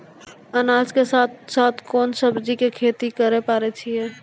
अनाज के साथ साथ कोंन सब्जी के खेती करे पारे छियै?